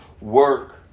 work